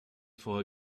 vorher